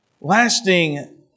lasting